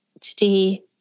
today